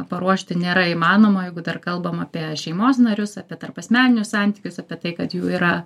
paruošti nėra įmanoma o jeigu dar kalbam apie šeimos narius apie tarpasmeninius santykius apie tai kad jų yra